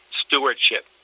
stewardship